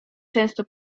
często